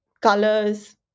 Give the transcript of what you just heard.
colors